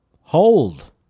Hold